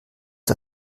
der